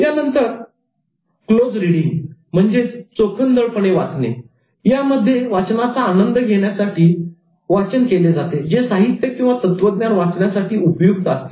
यानंतर close reading चोखंदळ वाचन यामध्ये वाचनाचा आनंद घेण्यासाठीरसग्रहण करण्यासाठी वाचन केले जाते जे साहित्य किंवा तत्त्वज्ञान वाचण्यासाठी उपयुक्त असते